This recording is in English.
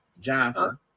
johnson